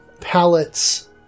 palettes